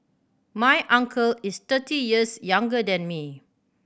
my uncle is thirty years younger than me